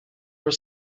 was